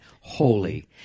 Holy